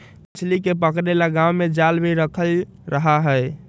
मछली के पकड़े ला गांव में जाल भी रखल रहा हई